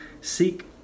seek